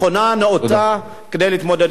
נאותה, כדי להתמודד עם הבעיה.